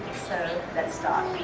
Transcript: so lets start